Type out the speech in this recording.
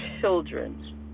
children